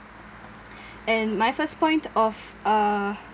and my first point of uh